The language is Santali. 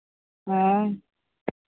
ᱦᱮᱸ